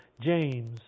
James